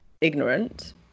ignorant